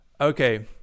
Okay